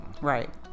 Right